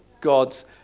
God's